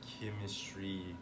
chemistry